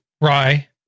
Rye